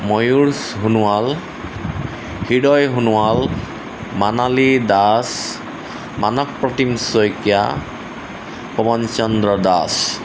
Mayur Sonowal Hriday Sonowal Manali Das Manas Pratim Saikia Pawan Chandra Das